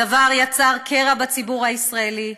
הדבר יצר קרע בציבור הישראלי,